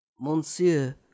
Monsieur